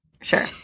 Sure